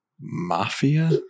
mafia